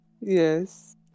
yes